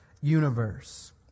universe